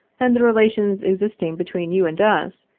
and the relations existing between you and us,